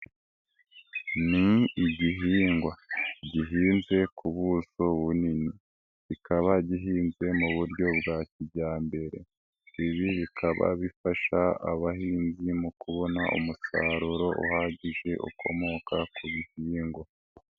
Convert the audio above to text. Ni igihingwa gihinze ku buso bunini, kikaba gihinzwe mu buryo bwa kijyambere. Ibi bikaba bifasha abahinzi mu kubona umusaruro uhagije ukomoka ku bihingwa.